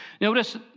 Notice